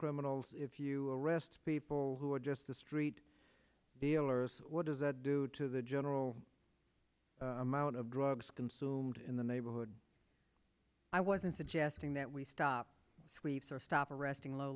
criminals if you arrest people who are just the street dealers what does that do to the general amount of drugs consumed in the neighborhood i wasn't suggesting that we stop suites or stop arresting low